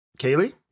Kaylee